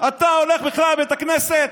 אתה הולך בכלל לבית הכנסת?